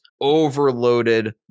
overloaded